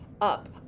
up